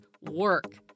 Work